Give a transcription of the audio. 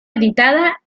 editada